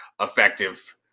effective